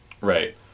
Right